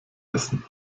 essen